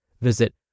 Visit